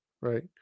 right